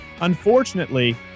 Unfortunately